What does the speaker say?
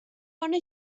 bona